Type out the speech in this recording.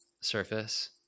surface